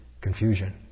confusion